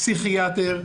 פסיכיאטר,